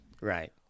Right